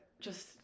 just-